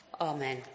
Amen